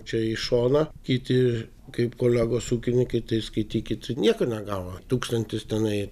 čia į šoną kiti kaip kolegos ūkininkai tai skaitykit nieko negavo tūkstantis tenai